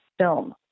film